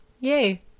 yay